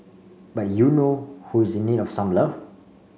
but you know who is in need of some love